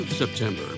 September